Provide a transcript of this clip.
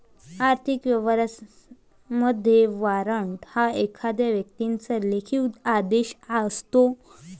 आर्थिक व्यवहारांमध्ये, वॉरंट हा एखाद्या व्यक्तीचा लेखी आदेश असतो